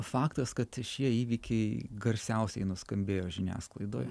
faktas kad šie įvykiai garsiausiai nuskambėjo žiniasklaidoj